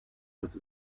with